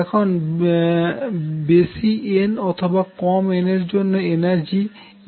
এখন বেশি n অথবা কম n এর জন্য এনার্জি nh